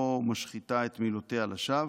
לא משחיתה את מילותיה לשווא.